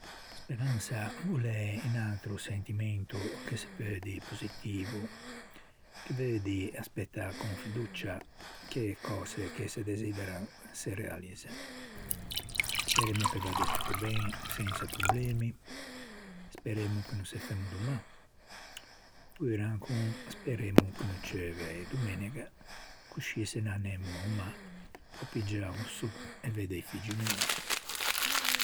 Speransa o l'é un atro sentimento che se peu dî positivo che veu dî aspëtâ con fiducia che e cöse che se desideran se realizzen. Speremmo che vadde tutto ben, sensa problemi, speremmo che no se femmo do mâ opure speremmo che no ceuve domenega coscì se n'anemmo a-o mâ à piggiâ o sô e vedde i figgi neuâ.